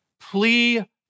plea